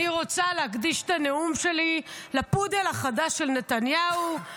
אני רוצה להקדיש את הנאום שלי לפודל החדש של נתניהו,